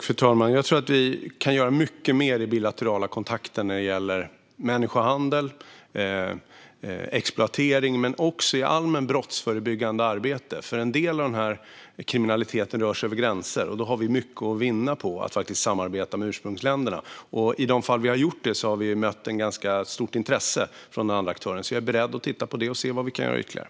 Fru talman! Vi kan göra mycket mer i bilaterala kontakter när det gäller människohandel, exploatering och i allmänt brottsförebyggande arbete. En del av de kriminella rör sig över gränser, och då har vi mycket att vinna på att samarbeta med ursprungsländerna. I de fall vi har gjort det har vi mött ett stort intresse från andra aktörer. Jag är beredd att se på vad vi kan göra ytterligare.